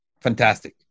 fantastic